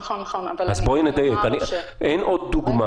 גבי, אני חייב להפריע